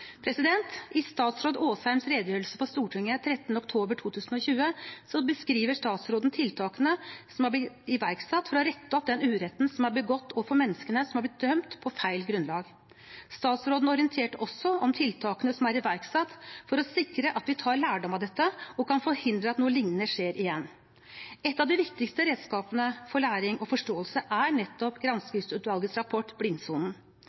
I statsråd Asheims redegjørelse for Stortinget den 13. oktober 2020 beskrev statsråden tiltakene som er blitt iverksatt for å rette opp den uretten som er begått overfor menneskene som er blitt dømt på feil grunnlag. Statsråden orienterte også om tiltakene som er iverksatt for å sikre at vi tar lærdom av dette, og kan forhindre at noe lignende skjer igjen. Et av de viktigste redskapene for læring og forståelse er nettopp granskingsutvalgets rapport, Blindsonen.